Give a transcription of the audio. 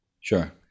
Sure